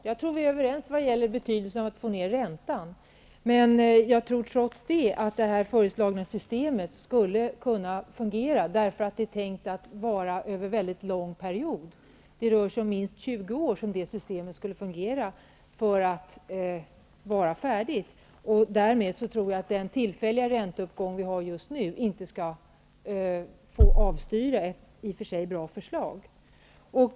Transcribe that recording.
Jag tror att vi är överens när det gäller betydelsen av att få ned räntan. Men jag tror ändå att det föreslagna systemet skulle kunna fungera eftersom det är tänkt att vara över en mycket lång period; det rör sig om minst 20 år som systemet skulle fungera. Därför tycker jag att den tillfälliga ränteuppgång som vi har just nu inte skall få avstyra ett i och för sig bra förslag.